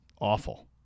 awful